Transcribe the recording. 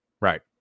right